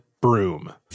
broom